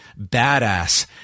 badass